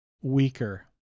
weaker